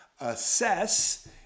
Assess